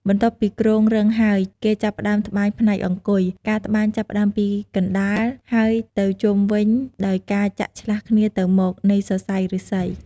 បន្ទាប់ពីគ្រោងរឹងហើយ គេចាប់ផ្តើមត្បាញផ្នែកអង្គុយ ការត្បាញចាប់ផ្តើមពីកណ្តាលហើយទៅជុំវិញ ដោយការចាក់ឆ្លាស់គ្នាទៅមក នៃសរសៃឬស្សី។